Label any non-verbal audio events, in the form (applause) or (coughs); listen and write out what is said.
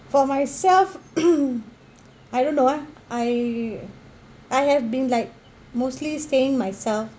for myself (coughs) I don't know ah I I have been like mostly staying myself